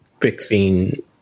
fixing